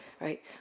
right